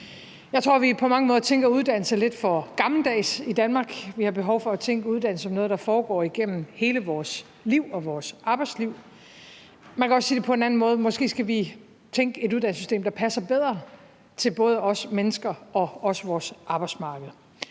Jeg tror, vi på mange måder tænker uddannelser lidt for gammeldags i Danmark. Vi har behov for at tænke uddannelse som noget, der foregår igennem hele vores liv og vores arbejdsliv. Man kan også sige det på en anden måde: Måske skal vi tænke et uddannelsessystem, der passer bedre til både os mennesker og også vores arbejdsmarked.